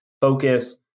focus